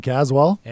Caswell